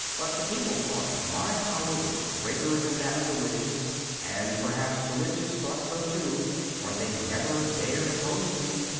but the people thought my power was greater than that of the witches and perhaps the witches thought so too, for they never dared oppose me.